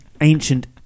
ancient